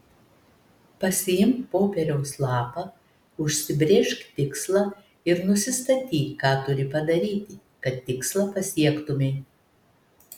pasiimk popieriaus lapą užsibrėžk tikslą ir nusistatyk ką turi padaryti kad tikslą pasiektumei